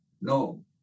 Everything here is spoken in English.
No